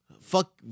fuck